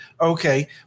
okay